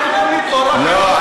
לא.